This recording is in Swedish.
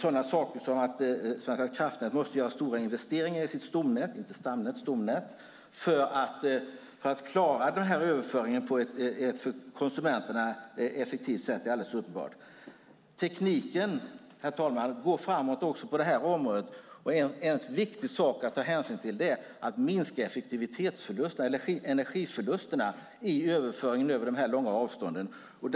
Att Svenska kraftnät måste göra stora investeringar i sitt stomnät för att klara den här överföringen på ett för konsumenterna effektivt sätt är alldeles uppenbart. Tekniken, herr talman, går framåt också på det här området. En viktig sak att ta hänsyn till är att effektivitetsförlusterna, alltså energiförlusterna i överföringen över de här långa avstånden, minskas.